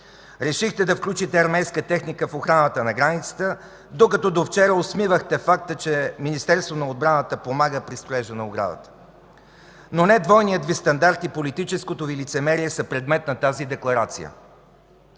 Решихте да включите армейска техника в охраната на границата, докато до вчера осмивахте факта, че Министерството на отбраната помага при строежа на оградата. Но не двойният Ви стандарт и политическото Ви лицемерие са предмет на тази декларация.